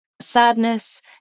sadness